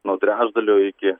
nuo trečdalio iki